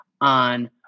on